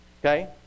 Okay